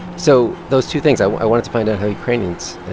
so those two things i i wanted to find out how ukrainians,